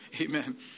Amen